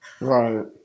Right